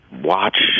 watch